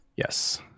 Yes